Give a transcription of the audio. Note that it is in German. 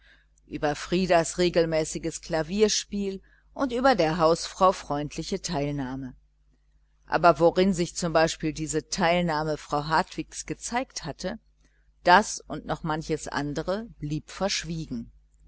über frieders regelmäßiges klavierspiel und über der hausfrau freundliche teilnahme aber worin sich zum beispiel diese teilnahme frau hartwigs gezeigt hatte das und manches andere blieb verschwiegen